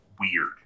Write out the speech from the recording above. weird